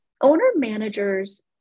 Owner-managers